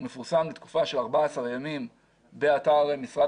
הוא מפורסם לתקופה של 14 ימים באתר משרד